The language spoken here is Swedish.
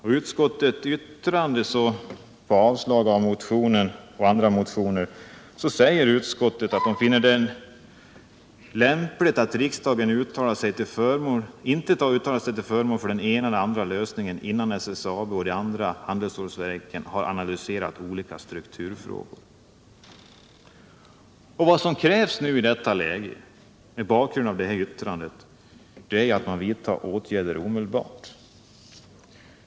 I utskottets yttrande i samband med avstyrkandet av denna motion och andra motioner säger utskottet att man inte finner det lämpligt att riksdagen uttalar sig till förmån för den ena eller andra lösningen innan SSAB och de andra handelsstålverken har analyserat olika strukturfrågor. Vad som krävs i det här läget mot bakgrund av detta yttrande är att man vidtar åtgärder omedelbart.